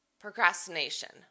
procrastination